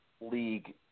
league